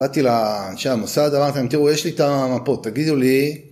באתי לאנשי המוסד, אמרתי להם, תראו, יש לי את המפות, תגידו לי.